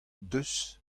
deus